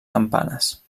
campanes